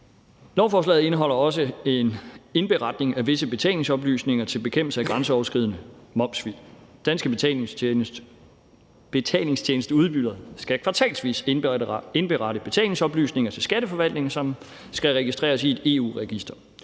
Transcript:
Lovforslaget indeholder også en indberetning af visse betalingsoplysninger til bekæmpelse af grænseoverskridende momssvig. Danske betalingstjenesteudbydere skal kvartalsvis indberette betalingsoplysninger til Skatteforvaltningen, som skal registreres i et EU-register.